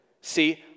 See